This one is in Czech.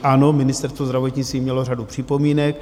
Ano, Ministerstvo zdravotnictví mělo řadu připomínek.